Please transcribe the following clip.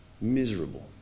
miserable